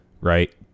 right